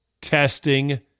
testing